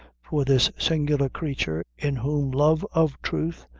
for this singular creature, in whom love of truth,